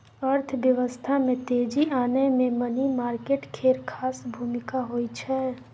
अर्थव्यवस्था में तेजी आनय मे मनी मार्केट केर खास भूमिका होइ छै